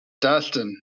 Dustin